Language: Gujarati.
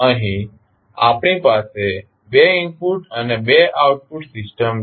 અહીં આપણી પાસે 2 ઇનપુટ અને 2 આઉટપુટ સિસ્ટમ છે